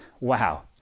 wow